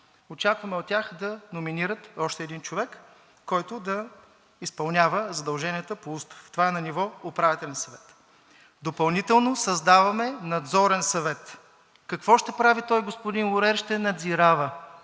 Очакваме от тях да номинират още един човек, който да изпълнява задълженията по Устав. Това е на ниво Управителен съвет. Допълнително създаваме Надзорен съвет. Какво ще прави той, господин Лорер? Ще надзирава